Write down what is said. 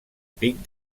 pic